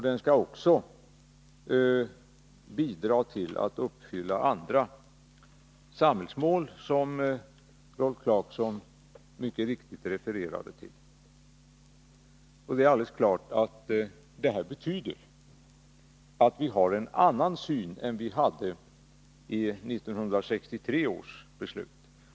Den skall också bidra till att uppfylla andra samhällsmål, som Rolf Clarkson mycket riktigt refererade till. Det är helt klart att detta betyder att vi har en annan syn än vi hade i 1963 års beslut.